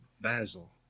basil